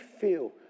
feel